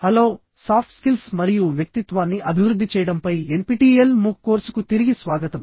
హలోసాఫ్ట్ skills మరియు వ్యక్తిత్వాన్ని అభివృద్ధి చేయడంపై ఎన్పిటిఇఎల్ మూక్ కోర్సుకు తిరిగి స్వాగతం